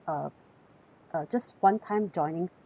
uh just one time joining fee